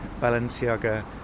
Balenciaga